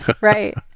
right